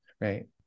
right